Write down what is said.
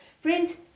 Friends